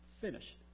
finish